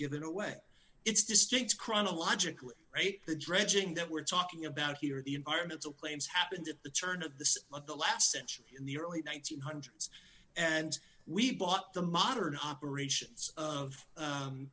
given away it's distinct chronologically right the dredging that we're talking about here the environmental claims happened at the turn of the of the last century in the early one thousand nine hundred s and we bought the modern operations of